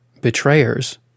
betrayers